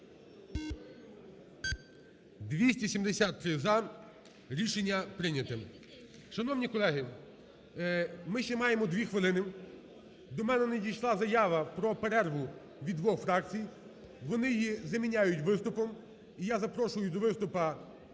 За-273 Рішення прийняте. Шановні колеги! Ми ще маємо 2 хвилини. До мене надійшла заява про перерву від двох фракцій, вони її заміняють виступом і я запрошую до виступу